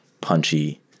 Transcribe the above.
punchy